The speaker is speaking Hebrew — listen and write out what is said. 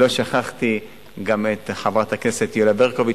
לא שכחתי גם את חברת הכנסת יוליה ברקוביץ,